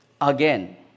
again